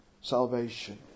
salvation